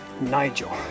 Nigel